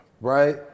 Right